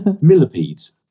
millipedes